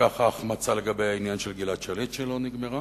כך ההחמצה לגבי העניין של גלעד שליט שלא נגמר,